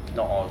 not all